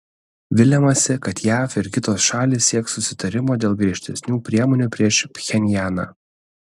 viliamasi kad jav ir kitos šalys sieks susitarimo dėl griežtesnių priemonių prieš pchenjaną